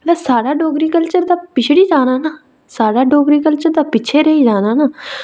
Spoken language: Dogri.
ते साढ़ा डोगरी कल्चर तां पिछड़ी जाना ना साढ़ा डोगरी कल्चर ते पिच्छें रेही जाना ना